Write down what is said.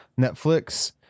Netflix